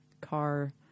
car